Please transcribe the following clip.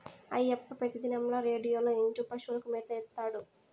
అయ్యప్ప పెతిదినంల రేడియోలో ఇంటూ పశువులకు మేత ఏత్తాడు